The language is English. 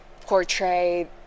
portray